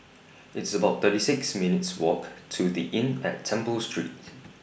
It's about thirty six minutes' Walk to The Inn At Temple Street